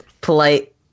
Polite